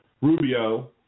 Rubio